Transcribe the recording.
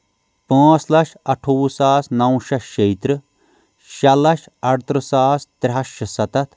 پٲنٛژھ لچھ اٹھووُہ ساس نو شیٚتھ شیہِ ترٕہ شیٚے لچھ اَرترٕہ ساس ترٛےٚ ہَتھ شُستتھ